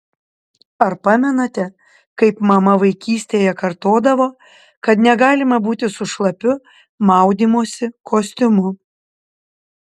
ar pamenate kaip mama vaikystėje kartodavo kad negalima būti su šlapiu maudymosi kostiumu